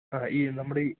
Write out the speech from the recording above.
ആ ഈ നമ്മുടെ ഈ